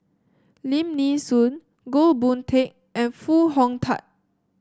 Lim Nee Soon Goh Boon Teck and Foo Hong Tatt